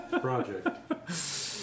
project